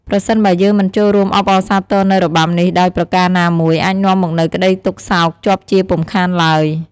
ប្រសិនបើយើងមិនចូលរួមអបអរសាទរនូវរបាំនេះដោយប្រការណាមួយ អាចនាំមកនូវក្ដីទុក្ខសោកជាក់ជាពុំខានឡើយ។